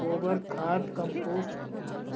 गोबर खाद कंपोस्ट